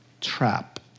trap